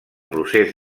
procés